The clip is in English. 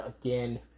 again